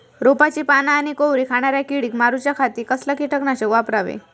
रोपाची पाना आनी कोवरी खाणाऱ्या किडीक मारूच्या खाती कसला किटकनाशक वापरावे?